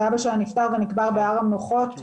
ואבא שלה נפתר ונקבר בהר המנוחות,